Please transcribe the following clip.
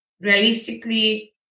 realistically